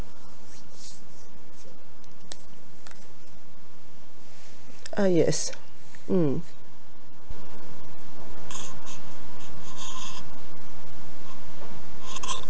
uh yes mm